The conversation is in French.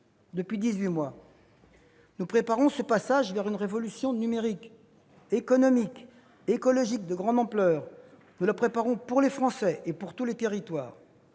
Depuis dix-huit mois, nous préparons ce passage vers une révolution numérique, économique, écologique de grande ampleur. Nous le préparons pour les Français et pour tous les territoires.